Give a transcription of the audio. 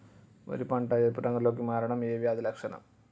వరి పంట ఎరుపు రంగు లో కి మారడం ఏ వ్యాధి లక్షణం?